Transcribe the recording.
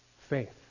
faith